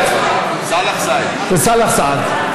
וסאלח סעד.